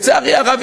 לצערי הרב,